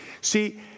See